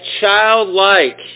childlike